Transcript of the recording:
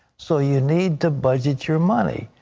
so you need to budget your money.